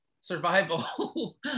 survival